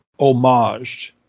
homaged